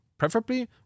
Preferably